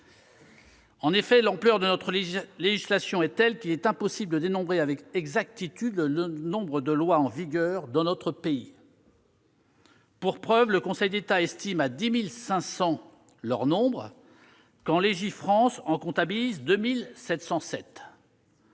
En effet, l'ampleur de notre législation est telle qu'il est impossible de dénombrer avec exactitude le nombre de lois en vigueur dans notre pays. Pour preuve, le Conseil d'État estime à 10 500 ce nombre quand Légifrance comptabilise 2 707